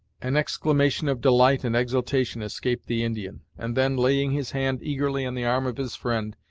an exclamation of delight and exultation escaped the indian, and then laying his hand eagerly on the arm of his friend,